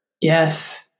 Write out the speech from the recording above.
Yes